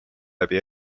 läbi